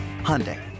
Hyundai